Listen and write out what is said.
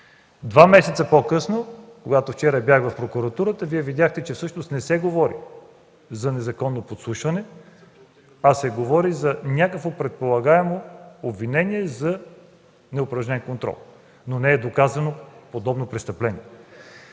два месеца по-късно – вчера, когато бях в Прокуратурата, Вие видяхте, че всъщност не се говори за незаконно подслушване, а за някакво предполагаемо обвинение за неупражнен контрол. Но подобно престъпление